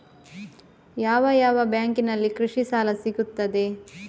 ಯಾವ ಯಾವ ಬ್ಯಾಂಕಿನಲ್ಲಿ ಕೃಷಿ ಸಾಲ ಸಿಗುತ್ತದೆ?